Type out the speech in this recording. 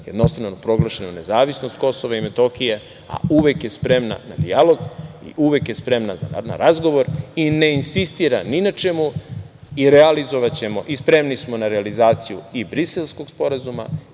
jednostrano ne proglašeno nezavisnost KiM, a uvek je spremna na dijalog i uvek je spremna na razgovor i ne insistira ni na čemu. Realizovaćemo i spremni smo na realizaciju i Briselskog sporazuma